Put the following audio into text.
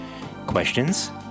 Questions